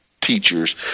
teachers